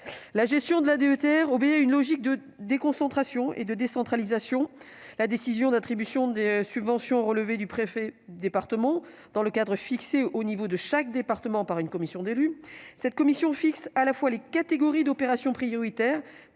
La gestion de la DETR obéit à une logique de déconcentration et de décentralisation. La décision d'attribution des subventions relève du préfet de département, dans le cadre fixé à l'échelon de chaque département par une commission d'élus. Cette commission détermine à la fois les catégories d'opérations prioritaires